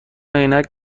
عینک